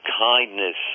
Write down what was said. kindness